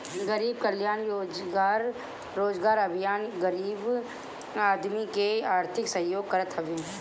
गरीब कल्याण रोजगार अभियान योजना गरीब आदमी के आर्थिक सहयोग करत हवे